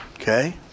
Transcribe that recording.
Okay